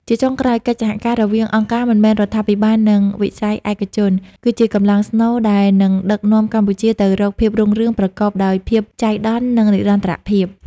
ជាចុងក្រោយ កិច្ចសហការរវាងអង្គការមិនមែនរដ្ឋាភិបាល និងវិស័យឯកជន គឺជាកម្លាំងស្នូលដែលនឹងដឹកនាំកម្ពុជាទៅរកភាពរុងរឿងប្រកបដោយភាពចៃដន្យ និងនិរន្តរភាព។